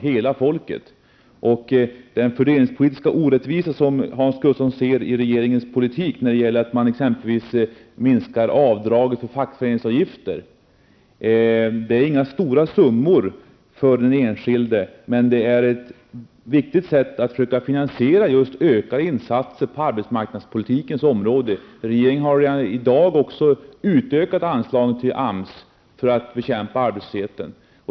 Hans Gustafsson ser en fördelningspolitisk orättvisa i regeringens politik, t.ex. minskningen av avdraget för fackföreningsavgifter. Detta är inte några stora summor för den enskilde, men det är ett viktigt sätt att försöka finansiera just ökade insatser på arbetsmarknadspolitikens område. Regeringen har i dag också utökat anslagen till AMS för att bekämpa arbetslösheten.